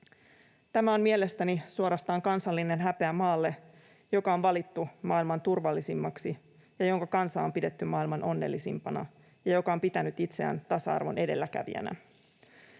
Tämä on mielestäni suorastaan kansallinen häpeä maalle, joka on valittu maailman turvallisimmaksi ja jonka kansaa on pidetty maailman onnellisimpana ja joka on pitänyt itseään tasa-arvon edelläkävijänä.